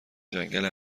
جنگل